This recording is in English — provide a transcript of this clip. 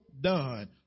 done